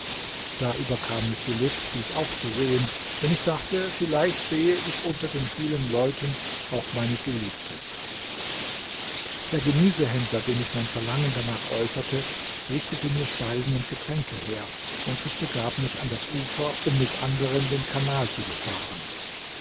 da überkam mich die lust dies auch zu sehen denn ich dachte vielleicht sehe ich unter den vielen leuten auch meine geliebte der gemüsehändler dem ich mein verlangen danach äußerte richtete mir speisen und getränke her und ich begab mich an das ufer um mit anderen den kanal zu befahren